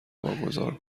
واگذار